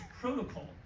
protocol